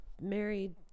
married